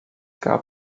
gab